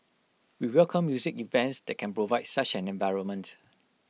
we welcome music events that can provide such an environment